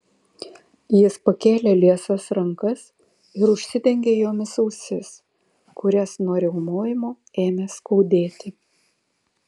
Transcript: jis pakėlė liesas rankas ir užsidengė jomis ausis kurias nuo riaumojimo ėmė skaudėti